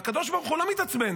והקדוש ברוך הוא לא מתעצבן.